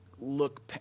look